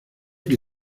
que